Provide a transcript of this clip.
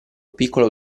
piccolo